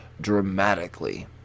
dramatically